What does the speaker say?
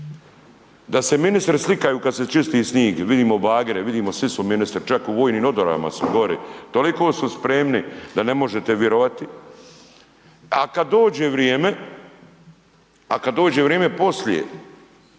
da se ministri slikaju kada se čisti snig, vidimo bagere, svi su ministri čak u vojnim odorama su gori, toliko su spremni da ne možete virovati, a kada dođe vrijeme poslije